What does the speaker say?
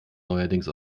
neuerdings